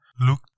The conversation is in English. look